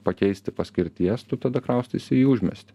pakeisti paskirties tu tada kraustaisi į užmiestį